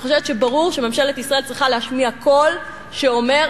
אני חושבת שברור שממשלת ישראל צריכה להשמיע קול שאומר,